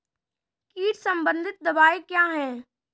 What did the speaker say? कीट संबंधित दवाएँ क्या हैं?